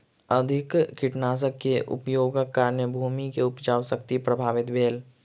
अधिक कीटनाशक के उपयोगक कारणेँ भूमि के उपजाऊ शक्ति प्रभावित भेल